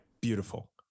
Beautiful